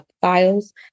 files